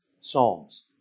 psalms